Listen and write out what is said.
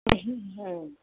ओं